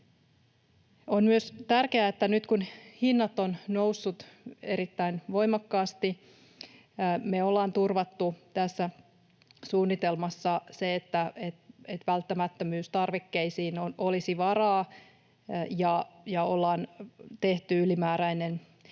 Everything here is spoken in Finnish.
On myös tärkeää, että nyt kun hinnat ovat nousseet erittäin voimakkaasti, me ollaan turvattu tässä suunnitelmassa se, että välttämättömyystarvikkeisiin olisi varaa, ja ollaan tehty ylimääräinen